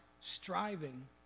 striving